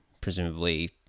presumably